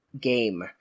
game